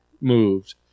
moved